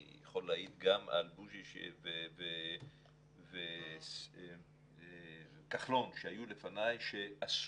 אני יכול להעיד גם על בוז'י וכחלון שהיו לפני ועשו